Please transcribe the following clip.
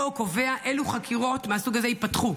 הוא הקובע אילו חקירות מהסוג הזה ייפתחו.